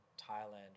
Thailand